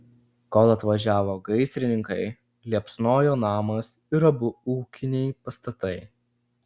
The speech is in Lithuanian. kol atvažiavo gaisrininkai liepsnojo namas ir abu ūkiniai pastatai